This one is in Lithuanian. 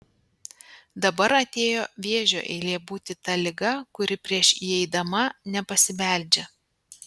dabar atėjo vėžio eilė būti ta liga kuri prieš įeidama nepasibeldžia